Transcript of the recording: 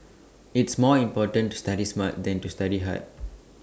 it's more important to study smart than to study hard